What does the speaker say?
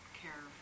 care